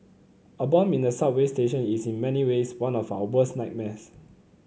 a bomb in a subway station is in many ways one of our worst nightmares